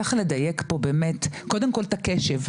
צריך לדייק פה באמת קודם כל את הקשב,